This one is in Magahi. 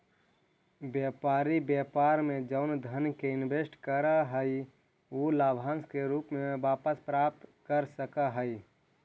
व्यापारी व्यापार में जउन धन के इनवेस्ट करऽ हई उ लाभांश के रूप में वापस प्राप्त कर सकऽ हई